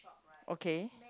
okay